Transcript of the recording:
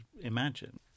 imagine